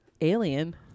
Alien